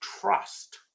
trust